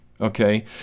okay